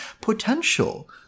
potential